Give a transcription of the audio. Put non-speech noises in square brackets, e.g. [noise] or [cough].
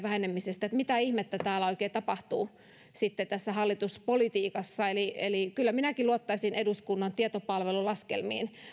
[unintelligible] vähenemisestä eli mitä ihmettä oikein tapahtuu tässä hallituspolitiikassa kyllä minäkin luottaisin eduskunnan tietopalvelun laskelmiin